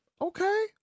Okay